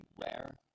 rare